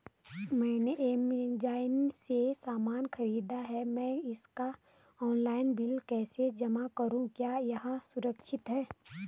मैंने ऐमज़ान से सामान खरीदा है मैं इसका ऑनलाइन बिल कैसे जमा करूँ क्या यह सुरक्षित है?